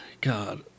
God